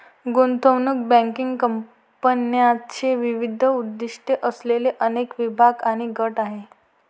गुंतवणूक बँकिंग कंपन्यांचे विविध उद्दीष्टे असलेले अनेक विभाग आणि गट आहेत